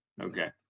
Okay